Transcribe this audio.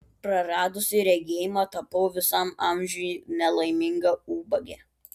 praradusi regėjimą tapau visam amžiui nelaiminga ubagė